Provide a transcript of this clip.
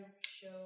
show